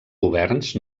governs